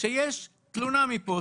שיש תלונה מפה,